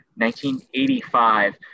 1985